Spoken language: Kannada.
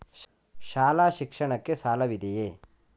ಶಾಲಾ ಶಿಕ್ಷಣಕ್ಕೆ ಸಾಲವಿದೆಯೇ?